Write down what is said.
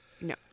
no